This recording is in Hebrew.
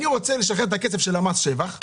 ירצה לשחרר את הכסף של מס שבח,